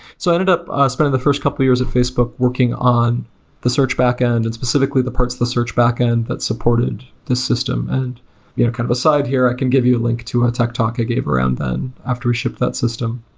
so i ended up spending the first couple of years at facebook working on the search backend and, specifically, the parts of the search backend that supported this system. and yeah kind of a side here, i can give you a link to a ted talk i gave around then after we shipped that system.